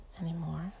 anymore